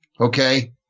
Okay